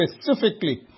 specifically